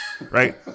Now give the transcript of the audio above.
right